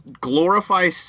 glorify